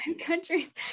countries